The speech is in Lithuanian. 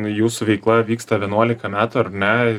jūsų veikla vyksta vienuolika metų ar ne